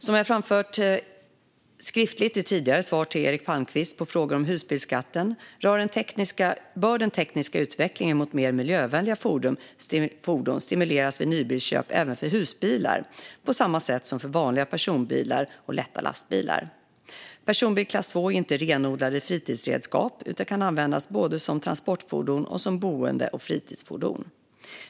Som jag framfört skriftligt i tidigare svar till Eric Palmqvist på frågor om husbilsskatten bör den tekniska utvecklingen mot mer miljövänliga fordon stimuleras vid nybilsköp även för husbilar, på samma sätt som för vanliga personbilar och lätta lastbilar. Personbil klass II är inte renodlade fritidsredskap, utan de kan användas både som transportfordon och som boende och fritidsfordon.